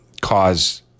cause